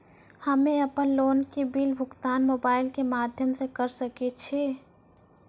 हम्मे अपन लोन के बिल भुगतान मोबाइल के माध्यम से करऽ सके छी?